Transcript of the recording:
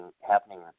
happening